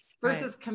Versus